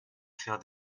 faire